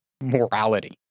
morality